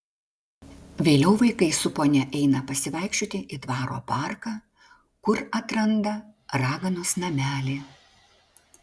vėliau vaikai su ponia eina pasivaikščioti į dvaro parką kur atranda raganos namelį